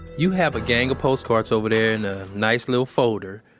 you have a gang of postcards over there in a nice little folder.